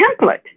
template